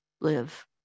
live